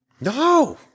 No